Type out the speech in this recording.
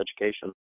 education